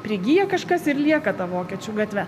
prigyja kažkas ir lieka ta vokiečių gatve